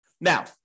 now